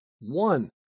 one